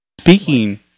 Speaking